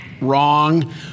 Wrong